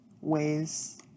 ways